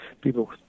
people